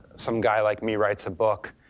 some guy like me writes a book,